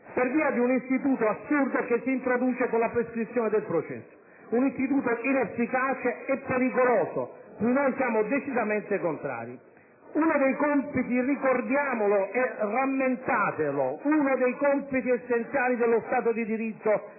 per via di un istituto assurdo che si introduce con la prescrizione del processo: un istituto inefficace e pericoloso, cui noi siamo decisamente contrari! Vorrei ricordare - ricordatelo anche voi - che uno dei compiti essenziali dello Stato di diritto è